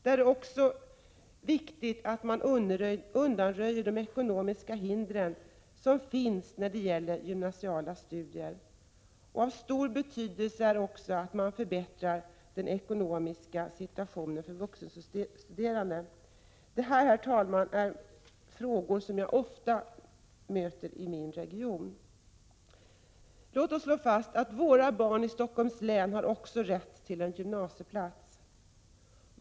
Det är också viktigt att undanröja de ekonomiska hinder som finns kvar då det gäller gymnasiala studier. Av stor betydelse är också att den ekonomiska situationen för vuxenstuderande förbättras. Detta är frågor som jag ofta möter i min region. Låt oss slå fast att våra barn i Stockholms län också har rätt till en gymnasieplats.